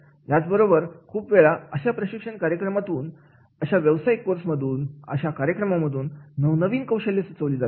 याच बरोबर खूप वेळा अशा प्रशिक्षण कार्यक्रमातून अशा व्यवसायिक कोर्स मधून अशा प्रशिक्षण कार्यक्रमांमधून नवीन कौशल्य सुचवली जातात